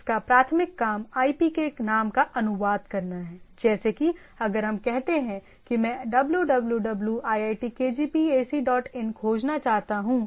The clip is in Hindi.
इसका प्राथमिक काम आईपी के नाम का अनुवाद करना है जैसे कि अगर हम कहते हैं कि मैं www iitkgp ac dot in खोजना चाहता हूं